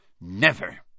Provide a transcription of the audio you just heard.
Never